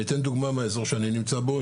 אני אתן דוגמה מהאזור שאני נמצא בו.